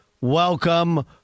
welcome